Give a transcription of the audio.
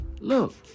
Look